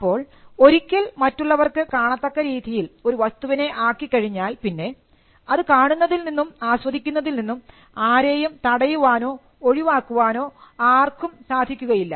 അപ്പോൾ ഒരിക്കൽ മറ്റുള്ളവർക്ക് കാണത്തക്ക രീതിയിൽ ഒരു വസ്തുവിനെ ആക്കി കഴിഞ്ഞാൽ പിന്നെ അത് കാണുന്നതിൽ നിന്നും ആസ്വദിക്കുന്നതിൽ നിന്നും ആരെയും തടയുവാനോ ഒഴിവാക്കാനോ ആർക്കും സാധിക്കുകയില്ല